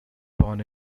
born